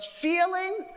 feeling